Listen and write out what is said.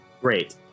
Great